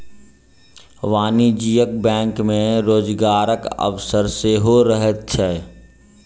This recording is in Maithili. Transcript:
वाणिज्यिक बैंक मे रोजगारक अवसर सेहो रहैत छै